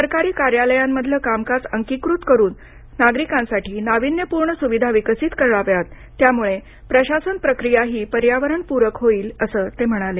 सरकारी कार्यालयांमधलं कामकाज अंकीकृत करून नागरिकांसाठी नावीन्यपूर्ण सुविधा विकसित कराव्यात त्यामुळे प्रशासन प्रक्रियाही पर्यावरणपूरक होईल असं ते म्हणाले